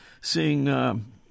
seeing